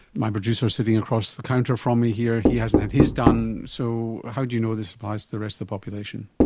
my producer sitting across the counter from me here, he hasn't had his done. so how do you know this applies to the rest of the population?